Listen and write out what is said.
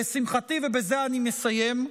לשמחתי, ובזה אני מסיים,